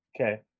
Okay